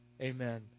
Amen